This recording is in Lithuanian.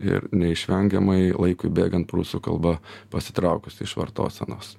ir neišvengiamai laikui bėgant prūsų kalba pasitraukusi iš vartosenos